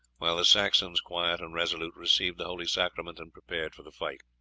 while the saxons, quiet and resolute, received the holy sacrament and prepared for the fight.